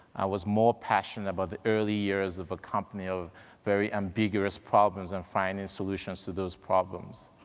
was more passionate about the early years of a company, of very ambiguous problems, and finding solutions to those problems.